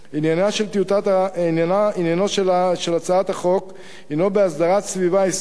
עניינה של הצעת החוק הינו בהסדרת סביבה עסקית